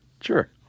Sure